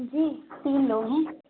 जी तीन लोग हैं